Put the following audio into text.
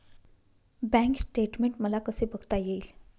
Bank statement मला कसे बघता येईल?